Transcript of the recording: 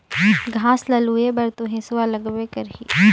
घास ल लूए बर तो हेसुआ लगबे करही